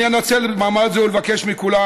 אני אנצל מעמד זה לבקש מכולם,